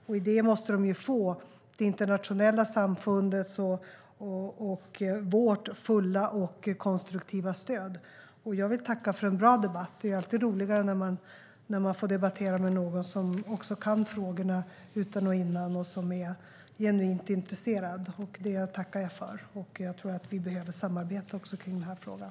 I detta måste de få det internationella samfundets och vårt fulla och konstruktiva stöd. Jag vill tacka för en bra debatt. Det är alltid roligare när man får debattera med någon som också kan frågorna utan och innan och som är genuint intresserad. Det tackar jag för, och jag tror att vi behöver samarbeta också kring den här frågan.